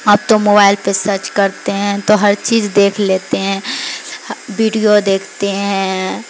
اب تو موبائل پہ سرچ کرتے ہیں تو ہر چیز دیکھ لیتے ہیں ویڈیو دیکھتے ہیں